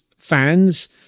fans